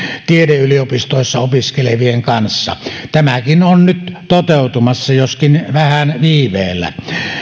tiedeyliopistoissa opiskelevien kanssa tämäkin on nyt toteutumassa joskin vähän viiveellä